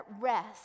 rest